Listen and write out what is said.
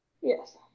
Yes